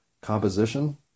composition